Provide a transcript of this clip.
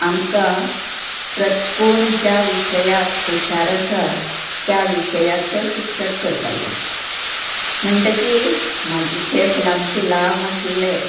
आमकां प्र कोण ज्या विशयांक हुशार आसा त्या विशयांचो शिक्षक करताले म्हणटकीर म्हाजे केंस लांबचे लांब आसलें